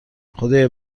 خدایا